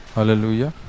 Hallelujah